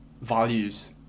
values